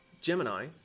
Gemini